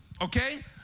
Okay